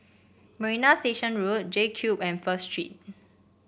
Marina Station Road J Cube and First Street